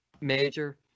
major